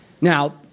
Now